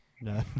No